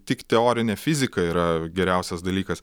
tik teorinė fizika yra geriausias dalykas